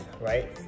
right